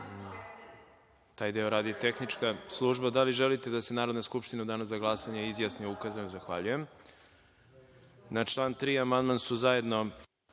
taj deo radi tehnička služba. Da li želite da se Narodna skupština u danu za glasanje izjasni o ukazanom? (Da.)Zahvaljujem. Na član 3. amandman su zajedno